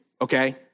okay